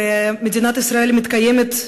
ומדינת ישראל מתקיימת,